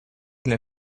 для